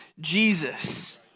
Jesus